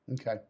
Okay